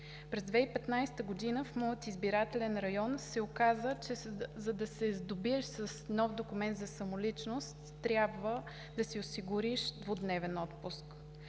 През 2015 г. в моя избирателен район се оказа, че за да се сдобиеш с нов документ за самоличност, трябва да си осигуриш двудневен отпуск.